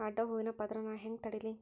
ಅಡ್ಡ ಹೂವಿನ ಪದರ್ ನಾ ಹೆಂಗ್ ತಡಿಲಿ?